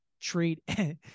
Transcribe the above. treat